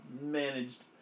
managed